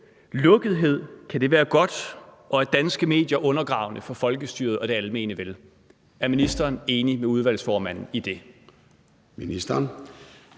Lukkethed kan være godt, og danske medier er undergravende for folkestyret og det almindelige vel – er ministeren enig med udvalgsformanden i det?